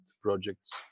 projects